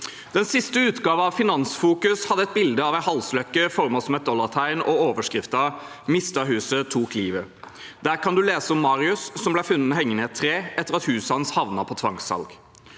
Den siste utgaven av Finansfokus hadde et bilde av en halsløkke formet som et dollartegn og overskriften «Mistet huset – tok livet». Der kan man lese om Marius, som ble funnet hengende i et tre etter at huset hans havnet på tvangssalg.